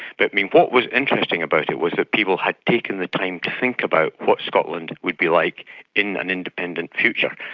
but what was interesting about it was that people had taken the time to think about what scotland would be like in an independent future.